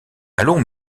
allons